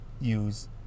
use